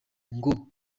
ngo